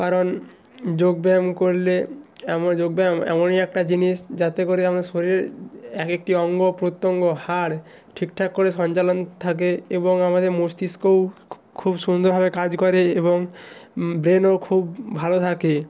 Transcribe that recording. কারণ যোগ ব্যায়াম করলে আমরা যোগ ব্যায়াম এমনই একটা জিনিস যাতে করে আমাদের শরীরের এক একটি অঙ্গপ্রত্যঙ্গ হাড় ঠিকঠাক করে সঞ্চালন থাকে এবং আমাদের মস্তিষ্কও খুব সুন্দরভাবে কাজ করে এবং ব্রেনও খুব ভালো থাকে